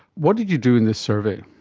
what did you do in this survey?